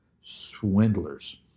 swindlers